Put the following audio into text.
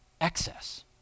excess